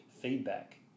feedback